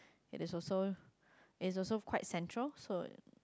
it is also it is also quite central so